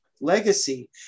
Legacy